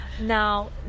Now